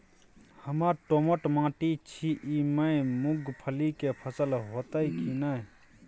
हमर दोमट माटी छी ई में मूंगफली के फसल होतय की नय?